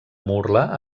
murla